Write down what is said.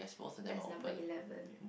that's number eleven